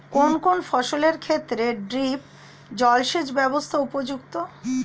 কোন কোন ফসলের ক্ষেত্রে ড্রিপ জলসেচ ব্যবস্থা উপযুক্ত?